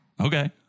Okay